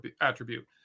attribute